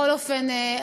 בכל אופן,